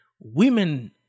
Women